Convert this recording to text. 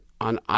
on